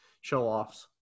show-offs